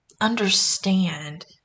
understand